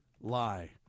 lie